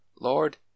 Lord